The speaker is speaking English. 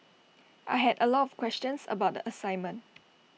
I had A lot of questions about the assignment